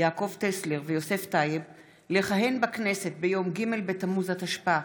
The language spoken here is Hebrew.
יעקב טסלר ויוסף טייב ביום ג' בתמוז התשפ"א,